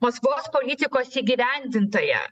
maskvos politikos įgyvendintoja